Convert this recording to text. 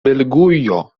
belgujo